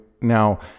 Now